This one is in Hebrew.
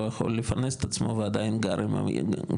יכול לפרנס את עצמו ועדיין גר עם האמא,